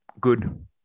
good